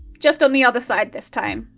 just on the other side this time.